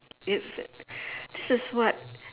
it's this is what